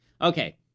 Okay